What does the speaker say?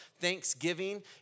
Thanksgiving